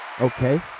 okay